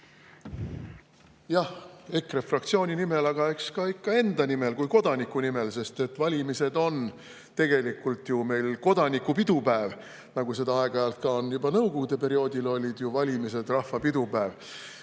Jah, EKRE fraktsiooni nimel, aga eks ikka ka enda nimel kui kodaniku nimel, sest valimised on tegelikult ju meil kodaniku pidupäev, nagu seda aeg-ajalt on. Juba nõukogude perioodil olid valimised rahva pidupäev.